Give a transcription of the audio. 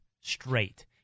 straight